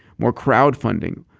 more crowdfunding,